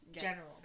General